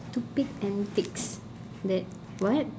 stupid antics that what